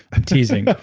i'm teasing